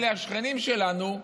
אלה השכנים שלנו,